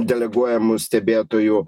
deleguojamų stebėtojų